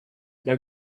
now